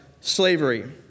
slavery